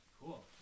Cool